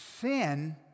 Sin